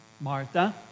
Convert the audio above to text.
Martha